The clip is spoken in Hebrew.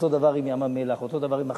אותו דבר עם ים-המלח, אותו דבר עם מחצבים,